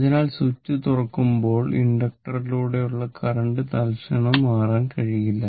അതിനാൽ സ്വിച്ച് തുറക്കുമ്പോൾ ഇൻഡക്ടറിലൂടെയുള്ള കറന്റ് തൽക്ഷണം മാറാൻ കഴിയില്ല